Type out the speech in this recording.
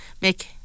make